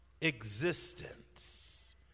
existence